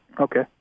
Okay